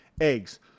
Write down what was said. eggs